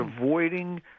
avoiding